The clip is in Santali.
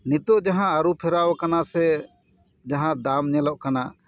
ᱱᱤᱛᱳᱜ ᱡᱟᱦᱟᱸ ᱟᱹᱨᱩᱯᱷᱮᱨᱟᱣ ᱟᱠᱟᱱᱟ ᱥᱮ ᱡᱟᱦᱟᱸ ᱫᱟᱢ ᱧᱮᱞᱚᱜ ᱠᱟᱱᱟ